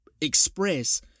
express